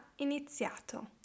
iniziato